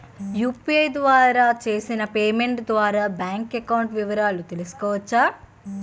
UPI ద్వారా చేసిన payment ద్వారా బ్యాంక్ అకౌంట్ వివరాలు తెలుసుకోవచ్చ?